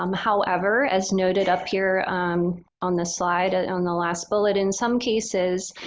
um however, as noted up here on the slide, on the last bullet, in some cases,